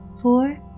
four